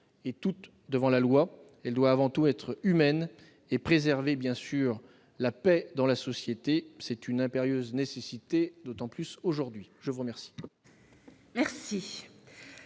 et tous devant la loi. Elle doit avant tout être humaine et préserver, bien sûr, la paix dans la société. C'est une impérieuse nécessité, aujourd'hui. L'amendement